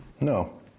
No